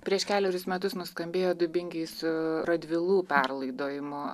prieš kelerius metus nuskambėjo dubingiai su radvilų perlaidojimo